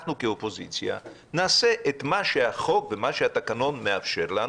אנחנו כאופוזיציה נעשה את מה שהחוק והתקנון מאפשר לנו.